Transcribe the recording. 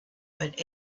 but